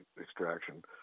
extraction